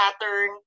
pattern